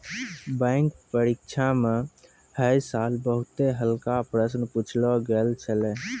bank परीक्षा म है साल बहुते हल्का प्रश्न पुछलो गेल छलै